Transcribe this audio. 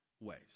ways